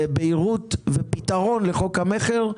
ובהירות ופתרון לחוק המכר,